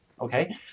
okay